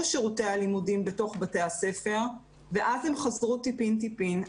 שירותי הלימודים בתוך בתי החולים ואז הם חזרו טיפין טיפין.